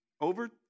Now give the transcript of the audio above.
over